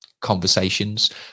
conversations